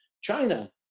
China